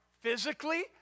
physically